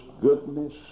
goodness